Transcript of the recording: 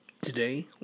Today